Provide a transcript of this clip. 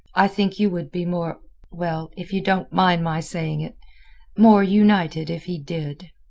i think you would be more well, if you don't mind my saying it more united, if he did.